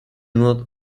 not